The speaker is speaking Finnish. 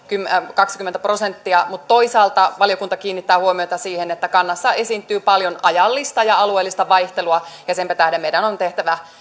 kaksikymmentä prosenttia mutta toisaalta valiokunta kiinnittää huomiota siihen että kannassa esiintyy paljon ajallista ja alueellista vaihtelua senpä tähden meidän on tehtävä